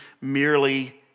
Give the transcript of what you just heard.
merely